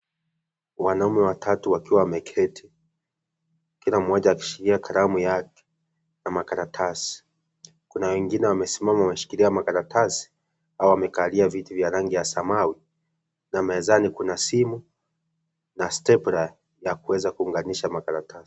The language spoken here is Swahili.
Wanaume watatu wakiwa wameketi, kila mmoja akishikilia kalamu yake na makaratasi kuna wengine wamesimama wameshikilia makaratasi, hawa wamekalia viti vya rangi ya samawi na mezani kuna simu na stepla ya kuweza kuunganisha makaratasi.